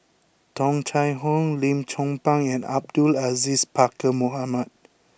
Tung Chye Hong Lim Chong Pang and Abdul Aziz Pakkeer Mohamed